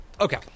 okay